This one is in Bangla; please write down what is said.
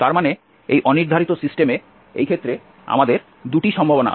তার মানে এই অনির্ধারিত সিস্টেমে এই ক্ষেত্রে আমাদের 2 টি সম্ভাবনা আছে